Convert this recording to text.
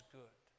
good